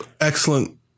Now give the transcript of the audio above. excellent